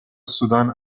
sudan